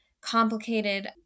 complicated